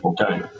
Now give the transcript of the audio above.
Okay